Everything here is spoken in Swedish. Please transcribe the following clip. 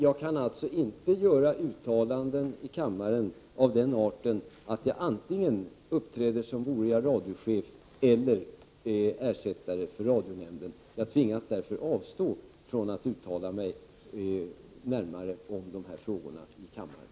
Jag kan således inte göra uttalanden i kammaren av den arten att jag uppträder som vore jag antingen radiochef eller ersättare för radionämnden. Jag tvingas därför avstå från att uttala mig närmare om dessa frågor här i kammaren.